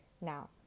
Now